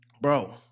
Bro